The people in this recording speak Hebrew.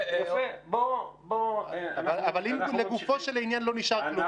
אבל אם לגופו של עניין לא נשאר כלום,